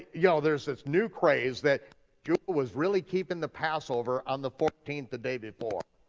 you know there's this new craze that judah was really keeping the passover on the fourteenth, the day before,